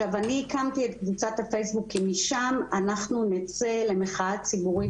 עכשיו אני הקמתי את קבוצת הפייסבוק כי משם אנחנו נצא למחאה ציבורית,